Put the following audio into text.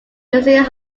music